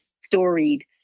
storied